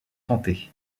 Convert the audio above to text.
tenter